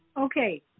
Okay